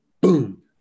boom